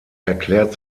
erklärt